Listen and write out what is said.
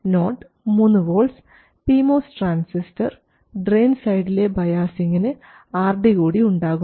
VSG0 3 volts P MOS transistor drain സൈഡിലെ ബയാസിന് RD കൂടി ഉണ്ടാകും